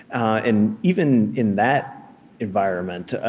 and even in that environment,